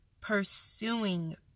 pursuing